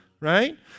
Right